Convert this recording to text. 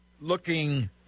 looking